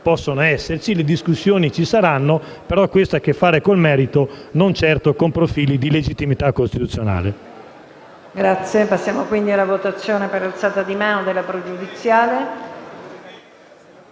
possono esserci, le discussioni ci saranno, ma questo ha a che fare con il merito, non certo con profili di legittimità costituzionale.